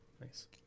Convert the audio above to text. Nice